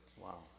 wow